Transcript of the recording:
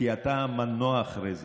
כי אתה המנוע מאחורי זה.